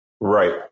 Right